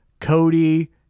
Cody